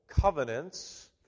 covenants